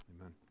Amen